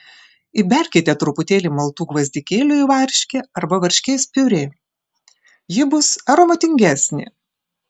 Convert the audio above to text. įberkite truputį maltų gvazdikėlių į varškę arba varškės piurė ji bus aromatingesnė